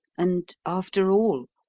and after all,